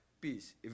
peace